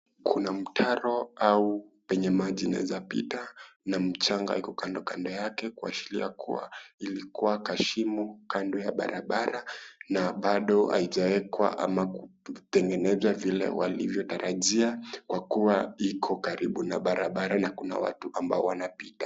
Kuna mtaro au penye maji inanaeza pita, na mchanga iko kando Kando yake kuashiria kuwa ilikuwa (CS)kashimo(CS)kando ya barabara, na bado haijaekwa ama kututengenezwa vile walivyotarajia, kwa kuwa iko karibu na barabara na kuna watu kando ambao wanapita.